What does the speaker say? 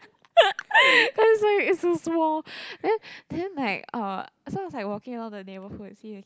it's like it's so small and then and then like uh so I was walking around the neighborhood and see